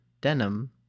denim